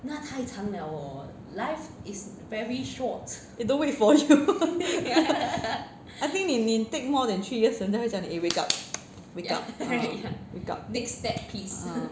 they don't wait for you I think you take more than three years 人家会叫你 eh wake up